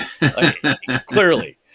Clearly